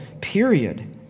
period